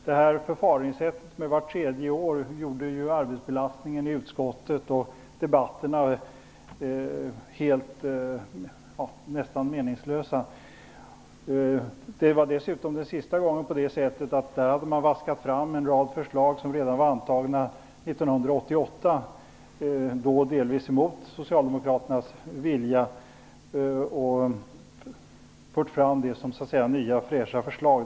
Förfaringssättet att lägga fram en proposition vart tredje år gjorde arbetsbelastningen i utskottet stor och debatterna nästan meningslösa. Den sista gången var det dessutom på det sättet att man hade vaskat fram en rad förslag som redan var antagna år 1988, delvis emot Socialdemokraternas vilja, och förde fram dem som nya fräscha förslag.